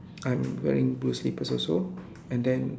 I'm wearing blue slippers also and then